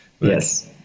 Yes